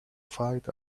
fight